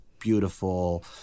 beautiful